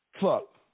fuck